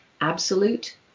absolute